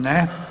Ne.